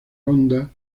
ronda